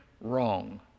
wrong